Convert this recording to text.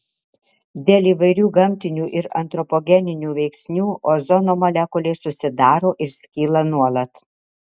dėl įvairių gamtinių ir antropogeninių veiksnių ozono molekulės susidaro ir skyla nuolat